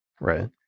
Right